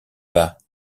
bas